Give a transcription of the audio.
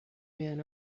man